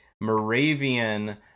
Moravian